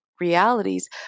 realities